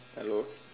hello